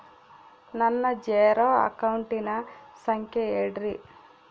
ನನ್ನ ಜೇರೊ ಅಕೌಂಟಿನ ಸಂಖ್ಯೆ ಹೇಳ್ರಿ?